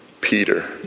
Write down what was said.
Peter